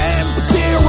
empty